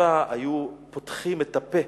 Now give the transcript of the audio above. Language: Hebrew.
בשרפה היו פותחים את הפה